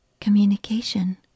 communication